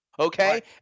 Okay